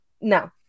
no